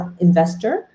investor